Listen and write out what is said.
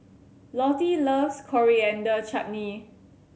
Lottie loves Coriander Chutney